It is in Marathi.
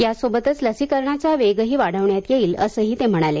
या सोबतच लसीकरणाचा वेगही वाढवण्यात येईल असेही ते म्हणाले